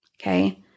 Okay